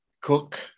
cook